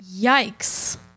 Yikes